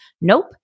Nope